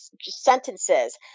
sentences